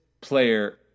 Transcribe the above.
player